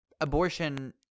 Abortion